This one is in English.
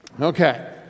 Okay